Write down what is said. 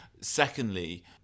Secondly